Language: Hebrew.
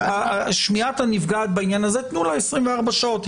תנו לנפגעת 24 שעות.